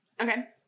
Okay